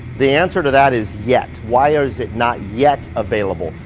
the answer to that is yet. why is it not yet available?